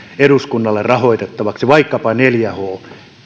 eduskunnalle rahoitettavaksi vaikkapa neljä h